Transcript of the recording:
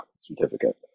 certificate